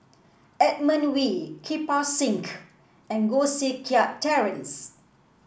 Edmund Wee Kirpal Singh and Koh Seng Kiat Terence